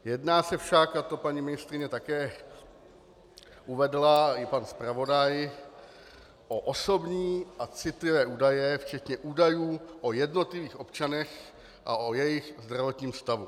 Jedná se však, a to paní ministryně také uvedla, i pan zpravodaj, o osobní a citlivé údaje včetně údajů o jednotlivých občanech a o jejich zdravotním stavu.